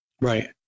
right